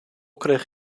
kreeg